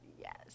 yes